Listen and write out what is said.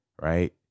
right